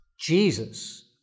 Jesus